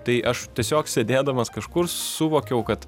tai aš tiesiog sėdėdamas kažkur suvokiau kad